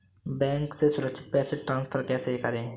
Bank से सुरक्षित पैसे ट्रांसफर कैसे करें?